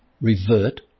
revert